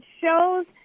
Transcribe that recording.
shows